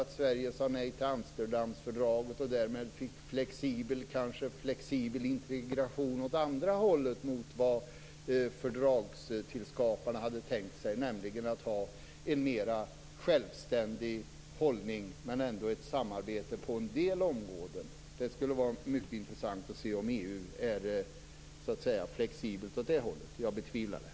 Om Sverige sade nej till Amsterdamfördraget, skulle vi därmed få flexibel integration åt andra hållet jämfört med vad fördragsskaparna hade tänkt sig, nämligen en mer självständig hållning men ändå med samarbete på en del områden? Det skulle vara mycket intressant att se om EU är flexibelt också åt det hållet. Jag betvivlar det.